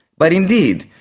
but indeed,